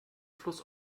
fluss